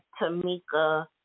Tamika